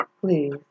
Please